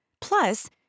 Plus